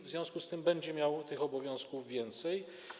W związku z tym będzie miał tych obowiązków więcej.